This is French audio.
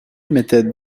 mettait